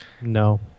No